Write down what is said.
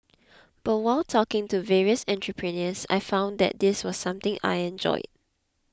but while talking to various entrepreneurs I found that this was something I enjoyed